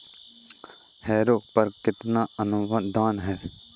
Harrow पर कितना अनुदान है?